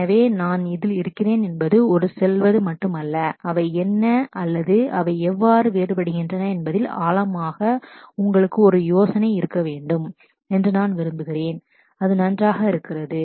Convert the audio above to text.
எனவே நான் இதில் இருக்கிறேன் என்பது ஒரு செல்வது மட்டுமல்ல அவை என்ன அல்லது அவை எவ்வாறு வேறுபடுகின்றன என்பதில் ஆழமாக உங்களுக்கு ஒரு யோசனை இருக்க வேண்டும் என்று நான் விரும்புகிறேன் அது நன்றாக இருக்கிறது